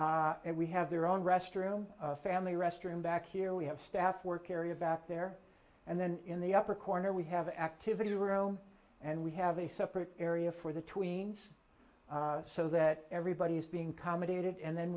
kids and we have their own restroom family restroom back here we have staff work area back there and then in the upper corner we have activities room and we have a separate area for the tweens so that everybody's being comedy to it and then